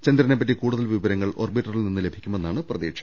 ചന്ദ്ര നെപറ്റി കൂടുതൽ വിവരങ്ങൾ ഓർബിറ്ററിൽ നിന്നും ലഭിക്കുമെ ന്നാണ് പ്രതീക്ഷ